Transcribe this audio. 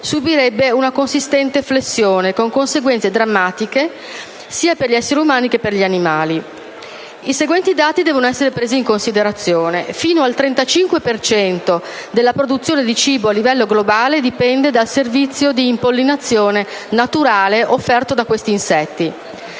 subirebbe una consistente flessione, con conseguenze drammatiche, sia per gli esseri umani che per gli animali. I seguenti dati devono essere presi in considerazione: fino al 35 per cento della produzione di cibo a livello globale dipende dal servizio di impollinazione naturale offerto da questi insetti;